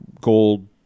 gold